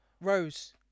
rose